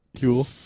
cool